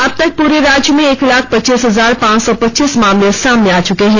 अबतक पूरे राज्य में एक लाख पच्चीस हजार पांच सौ पच्चीस मामले सामने आ चुके हैं